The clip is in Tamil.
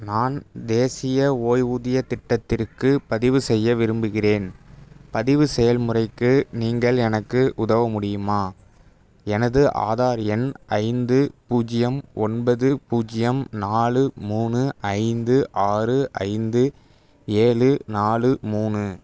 நான் தேசிய ஓய்வூதியத் திட்டத்திற்கு பதிவு செய்ய விரும்புகிறேன் பதிவு செயல்முறைக்கு நீங்கள் எனக்கு உதவ முடியுமா எனது ஆதார் எண் ஐந்து பூஜ்ஜியம் ஒன்பது பூஜ்ஜியம் நாலு மூணு ஐந்து ஆறு ஐந்து ஏழு நாலு மூணு